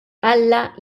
alla